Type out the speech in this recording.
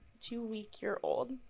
Two-week-year-old